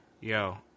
Yo